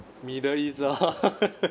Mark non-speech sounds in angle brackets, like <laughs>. middle east orh <laughs>